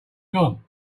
gone